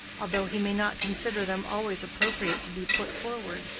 although he may not consider them always appropriate to be put forward.